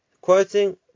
quoting